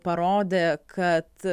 parodė kad